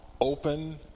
open